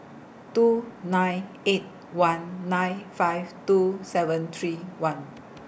two nine eight one nine five two seven three one